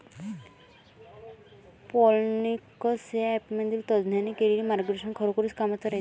Plantix या ॲपमधील तज्ज्ञांनी केलेली मार्गदर्शन खरोखरीच कामाचं रायते का?